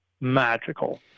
magical